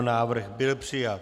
Návrh byl přijat.